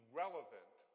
relevant